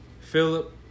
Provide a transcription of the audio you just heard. Philip